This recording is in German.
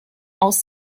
aus